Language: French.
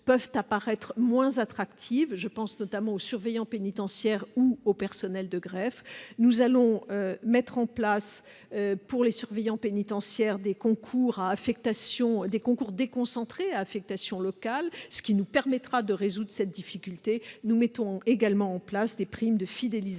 peuvent apparaître moins attractives que d'autres : je pense notamment à celles des surveillants pénitentiaires ou des personnels de greffe. Nous allons mettre en place, pour les surveillants pénitentiaires, des concours déconcentrés à affectation locale, ce qui permettra de résoudre cette difficulté. Nous instaurons en outre des primes de fidélisation,